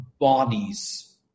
bodies